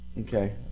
Okay